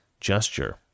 gesture